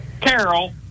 Carol